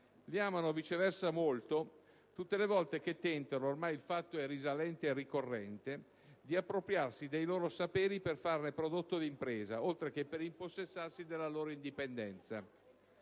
li amano molto tutte le volte che tentano - ormai il fatto è risalente e ricorrente - di appropriarsi dei loro saperi per farne prodotto d'impresa, oltre che per impossessarsi della loro indipendenza.